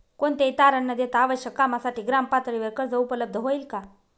कोणतेही तारण न देता आवश्यक कामासाठी ग्रामपातळीवर कर्ज उपलब्ध होईल का?